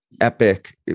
Epic